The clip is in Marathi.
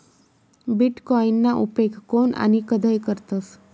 बीटकॉईनना उपेग कोन आणि कधय करतस